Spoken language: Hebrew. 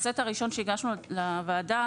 בסט הראשון שהגשנו לוועדה,